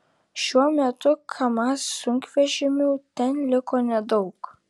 šiuo metu kamaz sunkvežimių ten liko nedaug